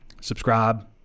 subscribe